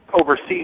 overseas